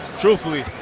truthfully